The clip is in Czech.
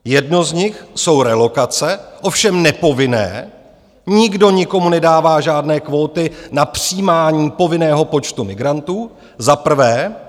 Jeden z nich jsou relokace, ovšem nepovinné, nikdo nikomu nedává žádné kvóty na přijímání povinného počtu migrantů za prvé.